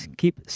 keep